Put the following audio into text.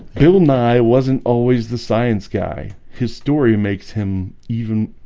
bill nye wasn't always the science guy his story makes him even